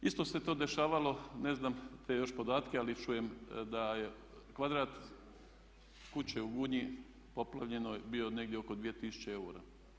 Isto se to dešavalo, ne znam te još podatke ali čujem da je kvadrat kuće u Gunji poplavljenoj bio negdje oko 2000 eura.